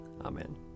Amen